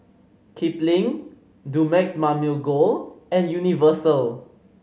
Kipling Dumex Mamil Gold and Universal